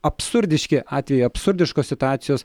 absurdiški atvejai absurdiškos situacijos